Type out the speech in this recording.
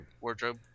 Wardrobe